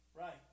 Right